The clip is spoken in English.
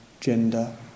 gender